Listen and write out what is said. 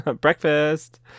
Breakfast